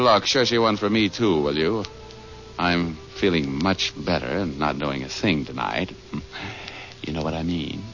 actually one for me to do i'm feeling much better and not knowing a thing tonight you know what i mean